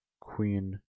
Queen